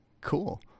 Cool